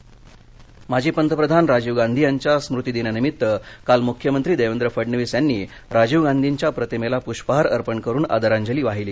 राजीव गांधी स्मतीदिन माजी पंतप्रधान राजीव गांधी यांच्या स्मृतीदिनानिमित्त काल मुख्यमंत्री देवेंद्र फडणवीस यांनी राजीव गांधींच्या प्रतिमेला प्रष्पहार अर्पण करुन आदरांजली वाहिली